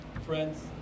friends